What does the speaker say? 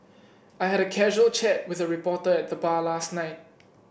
I had a casual chat with a reporter at the bar last night